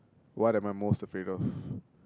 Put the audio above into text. what am I most afraid of